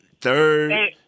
Third